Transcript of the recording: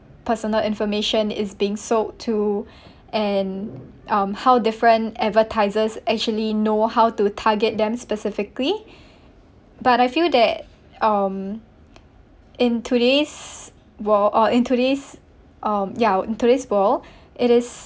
personal information is being sold to and um how different advertisers actually know how to target them specifically but I feel that um in today's world or in today's um ya in today's world it is